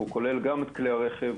הוא כולל גם כלי רכב,